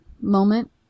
moment